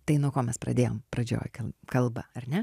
tai nuo ko mes pradėjom pradžioj kalbą ar ne